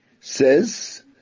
says